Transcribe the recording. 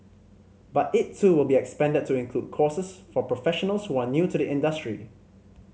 but it too will be expanded to include courses for professionals who are new to the industry